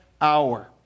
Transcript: hour